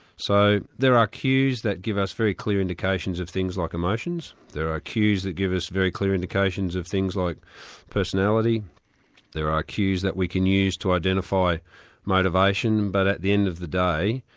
so there are cues that give us very clear indications of things like emotions there are cues that give us very clear indications of things like personality there are cues that we can use to identify motivation, but at the end of the day,